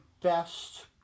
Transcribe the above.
best